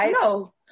no